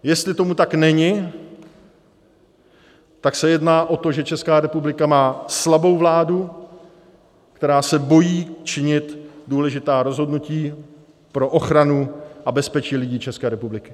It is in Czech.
Jestli tomu tak není, tak se jedná o to, že Česká republika má slabou vládu, která se bojí činit důležitá rozhodnutí pro ochranu a bezpečí lidí České republiky.